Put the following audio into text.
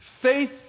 faith